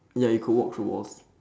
ya you could walk through walls